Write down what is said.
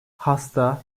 hasta